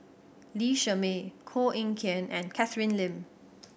Lee Shermay Koh Eng Kian and Catherine Lim